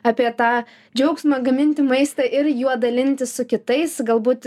apie tą džiaugsmą gaminti maistą ir juo dalintis su kitais galbūt